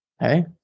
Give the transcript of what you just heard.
Hey